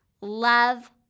love